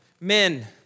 men